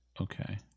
Okay